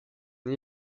une